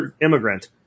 immigrant